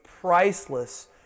priceless